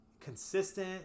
Consistent